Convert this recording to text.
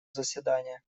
заседания